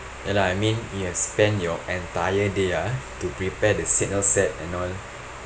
ya lah I mean you have spent your entire day ah to prepare the signal set and all